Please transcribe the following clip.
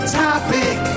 topic